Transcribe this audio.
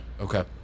Okay